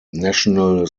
national